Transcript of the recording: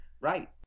right